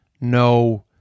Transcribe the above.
no